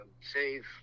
save